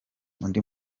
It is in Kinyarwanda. undi